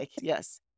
Yes